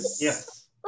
Yes